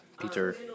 Peter